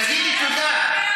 תגידי תודה.